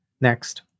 Next